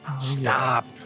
Stop